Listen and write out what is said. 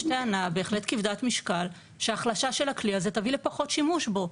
יש טענה בהחלט כבדת משקל שהחלשה של הכלי הזה תביא לפחות שימוש בו.